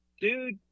dude